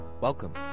Welcome